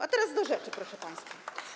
A teraz do rzeczy, proszę państwa.